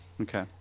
Okay